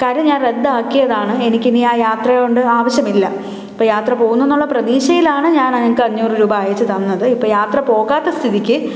കാര്യം ഞാൻ റദ്ദാക്കിയതാണ് എനിക്ക് ഇനി ആ യാത്രകൊണ്ട് ആവശ്യമില്ല അപ്പം യാത്ര പോകുന്നു എന്നുള്ള പ്രതീക്ഷയിലാണ് ഞാൻ ആ നിങ്ങൾക്ക് അഞ്ഞൂറ് രൂപ അയച്ചു തന്നത് ഇപ്പം യാത്ര പോകാത്ത സ്ഥിതിക്ക്